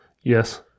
Yes